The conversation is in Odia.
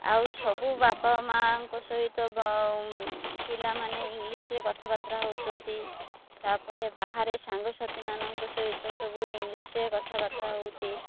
ଆଉ ସବୁ ବାପା ମାଆଙ୍କ ସହିତ ପିଲାମାନେ ଇଂଲିଶ୍ରେ କଥାବାର୍ତ୍ତା ହଉଛନ୍ତି ତା'ପରେ ବାହାରେ ସାଙ୍ଗସାଥିମାନଙ୍କ ସହିତ ସବୁ ଇଂଲିଶ୍ରେ କଥାବାର୍ତ୍ତା ହେଉଛି